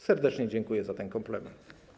Serdecznie dziękuję za ten komplement.